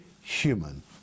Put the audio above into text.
human